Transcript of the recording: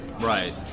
right